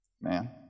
man